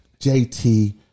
JT